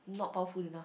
not powerful enough